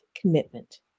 commitment